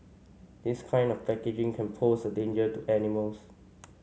this kind of packaging can pose a danger to animals